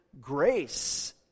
grace